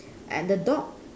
at the dog